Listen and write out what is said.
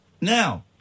now